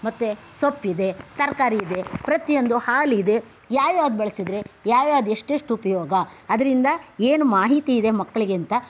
ಮತ್ತೆ ಸೊಪ್ಪಿದೆ ತರಕಾರಿಯಿದೆ ಪ್ರತಿಯೊಂದು ಹಾಲಿದೆ ಯಾವ್ಯಾವ್ದು ಬಳಸಿದ್ರೆ ಯಾವ್ಯಾವ್ದು ಎಷ್ಟೆಷ್ಟು ಉಪಯೋಗ ಅದರಿಂದ ಏನು ಮಾಹಿತಿಯಿದೆ ಮಕ್ಕಳಿಗೆಂತ